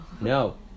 No